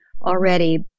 already